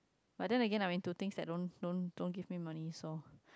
but then Again I mean to think that don't don't don't give me money so